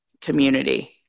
community